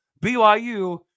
BYU